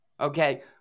okay